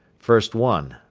first one,